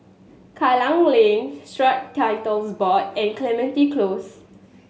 Klang Lane Strata Titles Board and Clementi Close